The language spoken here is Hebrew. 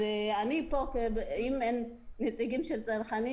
אז אני פה כדי שאם אין נציגים של צרכנים,